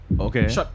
Okay